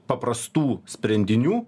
paprastų sprendinių